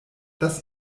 das